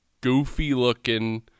goofy-looking